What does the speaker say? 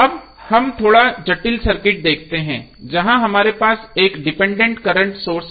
अब हम थोड़ा जटिल सर्किट देखते हैं जहाँ हमारे पास एक डिपेंडेंट करंट सोर्स है